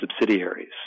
subsidiaries